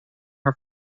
her